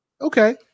Okay